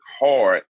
hard